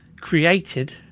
created